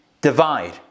divide